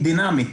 היא דינמית.